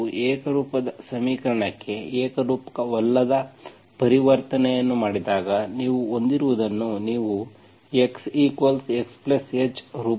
ಆದರೆ ನೀವು ಏಕರೂಪದ ಸಮೀಕರಣಕ್ಕೆ ಏಕರೂಪವಲ್ಲದ ಪರಿವರ್ತನೆಯನ್ನು ಮಾಡಿದಾಗ ನೀವು ಹೊಂದಿರುವುದನ್ನು ನೀವು xXh